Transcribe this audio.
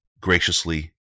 graciously